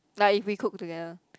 like if we cook together